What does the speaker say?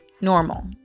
normal